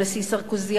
הנשיא סרקוזי,